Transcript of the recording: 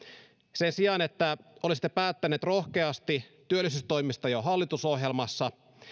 sen sijaan että olisitte päättäneet rohkeasti työllisyystoimista jo hallitusohjelmassa